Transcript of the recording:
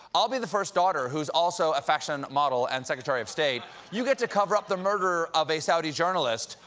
i'l be the first daughter, who's also a fashion model and secretary of state. you get to cover up the murder of a saudi journalist.